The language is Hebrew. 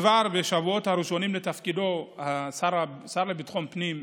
כבר בשבועות הראשונים לתפקידו השר לביטחון הפנים,